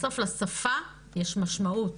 בסוף לשפה יש משמעות,